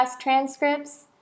transcripts